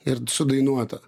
ir sudainuota